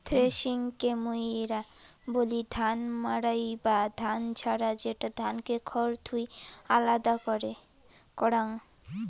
থ্রেশিংকে মুইরা বলি ধান মাড়াই বা ধান ঝাড়া, যেটা ধানকে খড় থুই আলাদা করাং